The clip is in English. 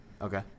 Okay